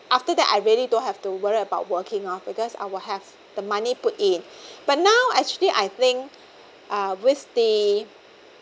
after that I really don't have to worry about working off because I will have the money put in but now actually I think uh with the